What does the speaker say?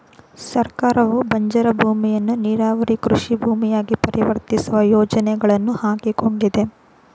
ಸರ್ಕಾರವು ಬಂಜರು ಭೂಮಿಯನ್ನು ನೀರಾವರಿ ಕೃಷಿ ಭೂಮಿಯಾಗಿ ಪರಿವರ್ತಿಸುವ ಯೋಜನೆಗಳನ್ನು ಹಾಕಿಕೊಂಡಿದೆ